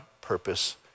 purpose